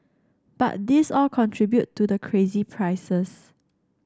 but these all contribute to the crazy prices